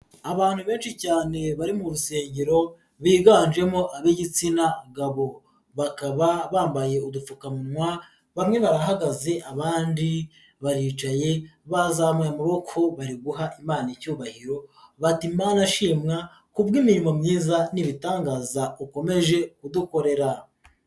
Abantu benshi cyane bari mu rusengero, biganjemo ab'igitsina gabo, bakaba bambaye udupfukamunwa, bamwe barahagaze abandi baricaye, bazamuye amaboko bari guha Imana icyubahiro, bati Mana shimwa kubw'imirimo myiza n'ibitangaza ukomeje kudukorera.